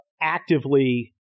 actively